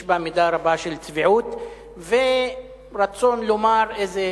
יש בה מידה רבה של צביעות ורצון לומר איזו